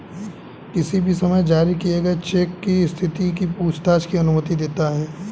किसी भी समय जारी किए चेक की स्थिति की पूछताछ की अनुमति देता है